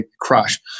crush